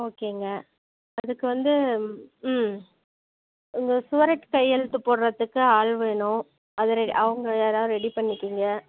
ஓகேங்க அதுக்கு வந்து ம் உங்க சுவரட் கையெழுத்து போடுறத்துக்கு ஆள் வேணும் அது ரெடி அவங்க யாராவது ரெடி பண்ணிக்கோங்க